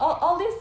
all all these